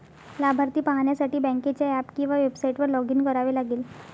लाभार्थी पाहण्यासाठी बँकेच्या ऍप किंवा वेबसाइटवर लॉग इन करावे लागेल